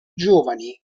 giovani